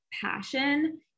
passion